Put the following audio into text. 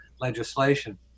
legislation